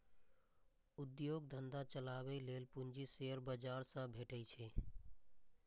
उद्योग धंधा चलाबै लेल पूंजी शेयर बाजार सं भेटै छै